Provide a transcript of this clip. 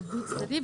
זה דו-צדדי,